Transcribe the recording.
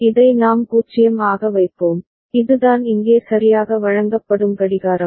இதை நாம் 0 ஆக வைப்போம் இதுதான் இங்கே சரியாக வழங்கப்படும் கடிகாரம்